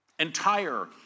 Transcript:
Entire